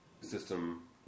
system